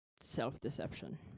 self-deception